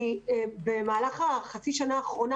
במהלך החצי שנה האחרונה,